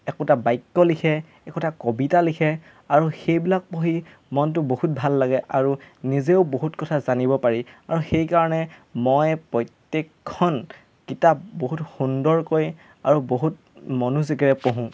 একোটা বাক্য লিখে একোটা কবিতা লিখে আৰু সেইবিলাক পঢ়ি মনটো বহুত ভাল লাগে আৰু নিজেও বহুত কথা জানিব পাৰি আৰু সেইকাৰণে মই প্ৰত্যেকখন কিতাপ বহুত সুন্দৰকৈ আৰু বহুত মনোযোগেৰে পঢ়োঁ